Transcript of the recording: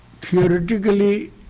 theoretically